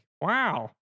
Wow